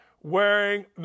wearing